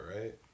right